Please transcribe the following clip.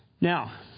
Now